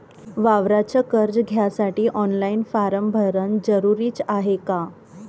वावराच कर्ज घ्यासाठी ऑनलाईन फारम भरन जरुरीच हाय का?